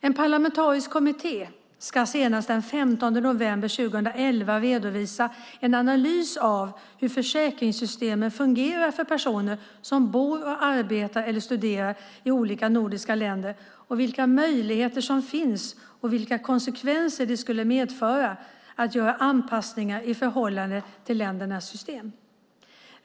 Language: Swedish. En parlamentarisk kommitté ska senast den 15 november 2011 redovisa en analys av hur försäkringssystemen fungerar för personer som bor och arbetar eller studerar i olika nordiska länder, vilka möjligheter som finns och vilka konsekvenser det skulle medföra att göra anpassningar i förhållande till ländernas system.